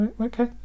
Okay